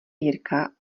jirka